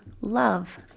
love